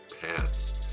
paths